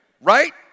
Right